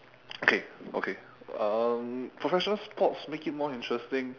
okay okay um professional sports make it more interesting